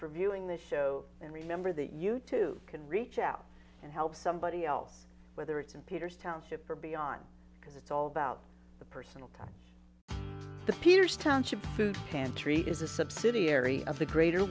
for viewing the show and remember that you too can reach out and help somebody else whether it's in peter's township or beyond because it's all about the personal touch the peters township pantry is a subsidiary of the greater